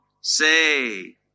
say